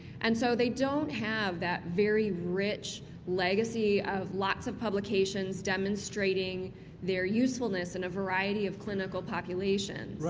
and so they don't have that very rich legacy of lots of publications demonstrating their usefulness in a variety of clinical populations.